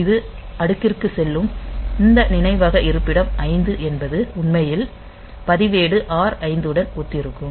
இது அடுக்கி ற்கு செல்லும் இந்த நினைவக இருப்பிடம் 5 என்பது உண்மையில் பதிவேடு R5 உடன் ஒத்திருக்கும்